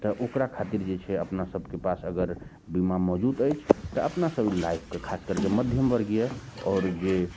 तऽ ओकरा खातिर जे छै अपना सबके पास अगर बीमा मौजूद अछि तऽ अपना सब ई लाइफके खास करके मध्यम वर्गीय आओर जे